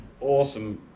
awesome